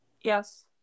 Yes